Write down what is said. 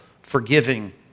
forgiving